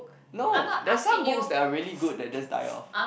no there's some books that are really good they just type loh